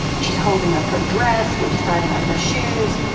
she's holding up her dress. we're deciding on her shoes.